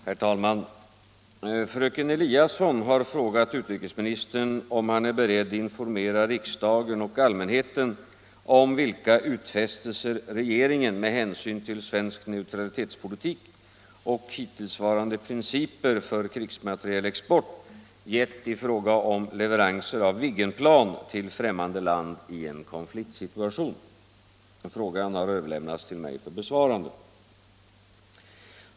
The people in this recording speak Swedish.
Herr talman! Fröken Eliasson har frågat utrikesministern om han är beredd informera riksdagen och allmänheten om vilka utfästelser regeringen med hänsyn till svensk neutralitetspolitik och hittillsvarande principer för krigsmaterielexport givit i fråga om leveranser av Viggenplan till främmande land i en konfliktsituation. Frågan har överlämnats till mig för besvarande.